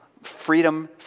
freedom